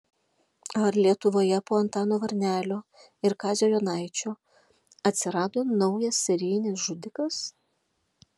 ar lietuvoje po antano varnelio ir kazio jonaičio atsirado naujas serijinis žudikas